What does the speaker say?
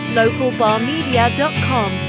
localbarmedia.com